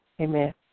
Amen